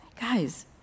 guys